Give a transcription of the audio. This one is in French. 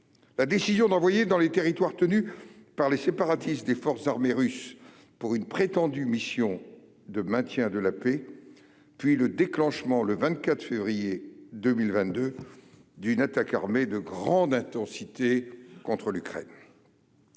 la décision d'envoyer dans les territoires tenus par les séparatistes des forces armées russes pour une prétendue mission de maintien de la paix, puis le déclenchement le 24 février 2022 d'une attaque armée de grande intensité contre l'Ukraine.